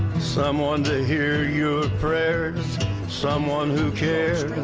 someone to hear your prayers someone who cares